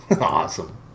Awesome